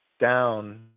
down